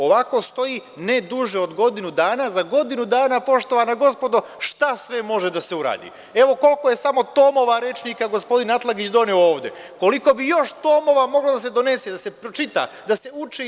Ovako stoji ne duže od godinu dana, za godinu dana poštovana gospodo šta sve može da se uradi, evo, koliko je samo tomova rečnika gospodin Atlagić doneo ovde, koliko bi još tomova moglo da se donese, da se pročita, da se uči, itd.